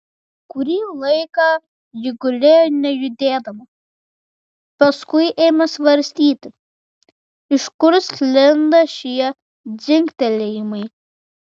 kurį laiką ji gulėjo nejudėdama paskui ėmė svarstyti iš kur sklinda šie dzingtelėjimai